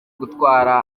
gutwara